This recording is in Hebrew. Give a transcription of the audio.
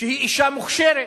שהיא אשה מוכשרת.